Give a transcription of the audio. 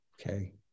Okay